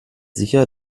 sicher